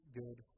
good